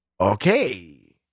okay